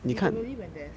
literally when there's